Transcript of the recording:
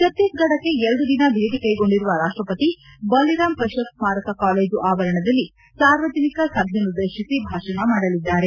ಛತ್ತೀಸ್ಗಢಕ್ಕೆ ಎರಡು ದಿನ ಭೇಟಿ ಕೈಗೊಂಡಿರುವ ರಾಷ್ಟಪತಿ ಬಲಿರಾಮ್ ಕಶ್ಯಪ್ ಸ್ಮಾರಕ ಕಾಲೇಜು ಕ್ಯಾಂಪಸ್ನಲ್ಲಿಂದು ಸಾರ್ವಜನಿಕ ಸಭೆಯನ್ನು ದ್ದೇಶಿ ಭಾಷಣ ಮಾಡಲಿದ್ದಾರೆ